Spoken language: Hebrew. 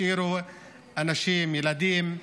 השאירו אנשים, ילדים,